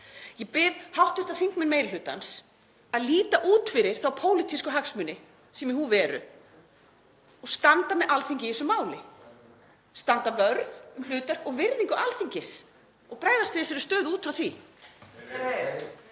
Ég bið hv. þingmenn meiri hlutans að líta út fyrir þá pólitísku hagsmuni sem í húfi eru og standa með Alþingi í þessu máli, standa vörð um hlutverk og virðingu Alþingis og bregðast við þessari stöðu út frá því.